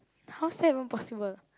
how's that even possible